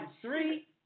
three